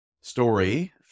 story